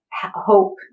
hope